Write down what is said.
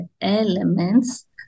elements